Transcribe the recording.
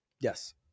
Yes